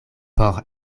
por